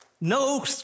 No